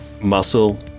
muscle